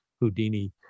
Houdini